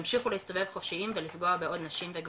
ימשיכו להסתובב חופשיים ולפגוע בעוד נשים וגברים,